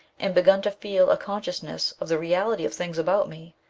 and begun to feel a consciousness of the reality of things about me,